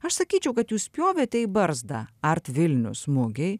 aš sakyčiau kad jūs spjovėte į barzdą art vilnius smogei